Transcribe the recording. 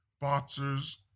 boxers